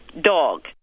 Dog